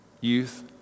Youth